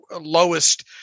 lowest